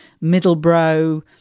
middle-brow